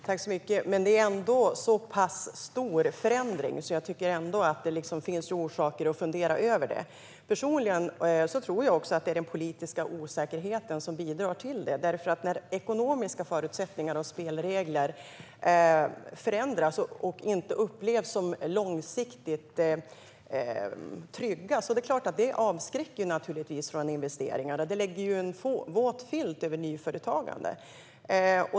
Herr talman! Men det är en så pass stor förändring att jag tycker att det finns orsaker att fundera över detta. Personligen tror jag att det är den politiska osäkerheten som bidrar till det här. När ekonomiska förutsättningar och spelregler förändras och inte upplevs som långsiktigt trygga avskräcker det naturligtvis från investeringar. Det lägger en våt filt över nyföretagande.